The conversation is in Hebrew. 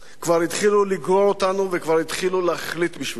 כבר התחילו לגרור אותנו וכבר התחילו להחליט בשבילנו,